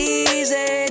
easy